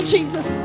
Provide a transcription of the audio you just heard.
Jesus